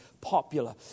popular